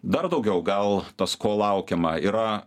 dar daugiau gal tos ko laukiama yra